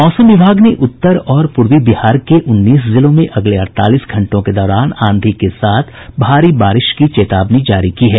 मौसम विभाग ने उत्तर और पूर्वी बिहार के उन्नीस जिलों में अगले अड़तालीस घंटों के दौरान आंधी के साथ भारी बारिश की चेतावनी जारी की है